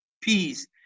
Peace